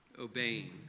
obeying